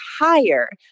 higher